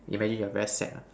imagine you're very sad ah